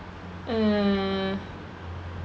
uh